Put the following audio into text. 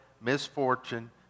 misfortune